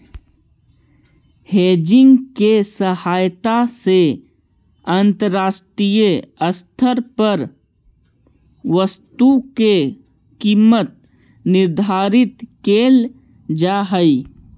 hedging के सहायता से अंतरराष्ट्रीय स्तर पर वस्तु के कीमत निर्धारित कैल जा हई